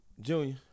Junior